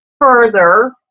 further